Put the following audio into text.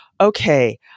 okay